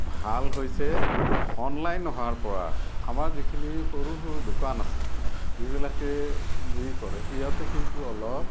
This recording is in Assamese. ভাল হৈছে অনলাইন হোৱাৰ পৰা আমাৰ যিখিনি সৰু সৰু দোকান আছিল যিবিলাকে কৰে সিহঁতে কিন্তু অলপ